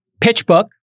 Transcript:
PitchBook